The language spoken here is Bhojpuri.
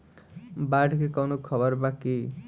बाढ़ के कवनों खबर बा की?